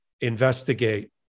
investigate